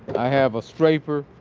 i have a straper.